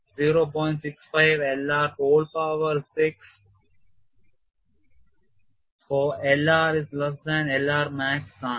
65 L r whole power 6 for L r is less than L r max ആണ്